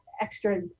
extra